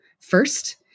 first